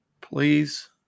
Please